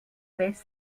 vez